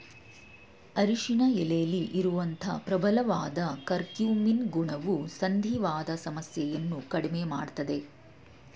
ಅರಿಶಿನ ಎಲೆಲಿ ಇರುವಂತ ಪ್ರಬಲವಾದ ಕರ್ಕ್ಯೂಮಿನ್ ಗುಣವು ಸಂಧಿವಾತ ಸಮಸ್ಯೆಯನ್ನ ಕಡ್ಮೆ ಮಾಡ್ತದೆ